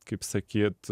kaip sakyt